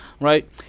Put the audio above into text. right